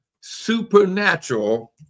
supernatural